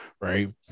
Right